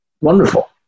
wonderful